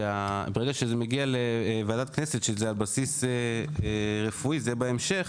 שברגע שזה מגיע לוועדת הכנסת שזה על בסיס רפואי זה בהמשך,